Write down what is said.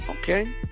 Okay